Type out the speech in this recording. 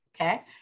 Okay